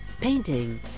painting